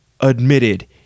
admitted